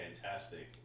fantastic